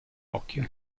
occhio